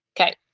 Okay